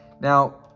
now